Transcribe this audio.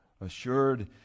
Assured